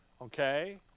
Okay